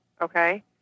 Okay